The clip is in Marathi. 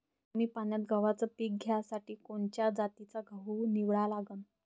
कमी पान्यात गव्हाचं पीक घ्यासाठी कोनच्या जातीचा गहू निवडा लागन?